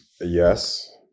Yes